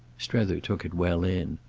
strether took it well in.